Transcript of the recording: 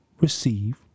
receive